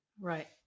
right